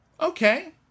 Okay